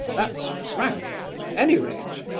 that's frank, at any rate!